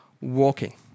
walking